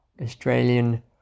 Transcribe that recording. Australian